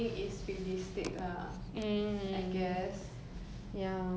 ya okay moving on